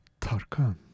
Tarkan